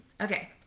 Okay